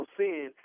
sin